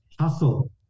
hustle